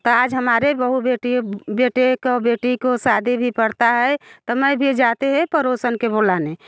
तो आज हमारे बहु बेटियों बेटे को बेटी को शादी भी पड़ता हैं तो मैं भी जाते है पड़ोसन के बोलाने